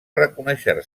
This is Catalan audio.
reconèixer